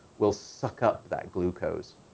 will suck up that glucose.